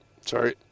Sorry